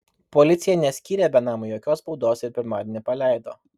policija neskyrė benamiui jokios baudos ir pirmadienį paleido